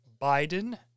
Biden